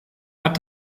hat